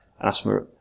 asthma